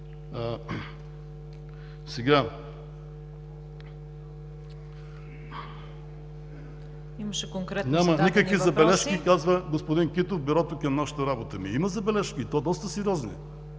РАШКОВ: „Няма никакви забележки – казва господин Китов – Бюрото към нашата работа.“ Ами има забележки, и то доста сериозни.